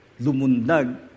lumundag